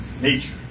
nature